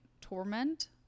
torment